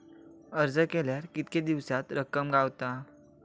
अर्ज केल्यार कीतके दिवसात रक्कम गावता?